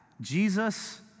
Jesus